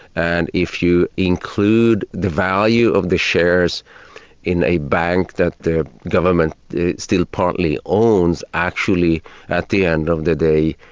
and if you include the value of the shares in a bank that the government still partly owns, actually at the end of the day,